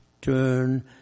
turn